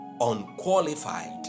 unqualified